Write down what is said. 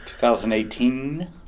2018